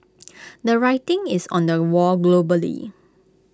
the writing is on the wall globally